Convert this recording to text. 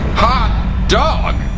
hot dog!